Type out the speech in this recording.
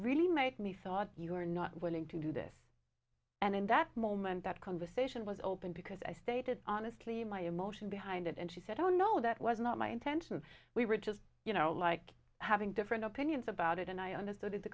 really made me thought you are not willing to do this and in that moment that conversation was open because i stated honestly my emotion behind it and she said oh no that was not my intention we were just you know like having different opinions about it and i understood